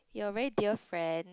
he a very dear friend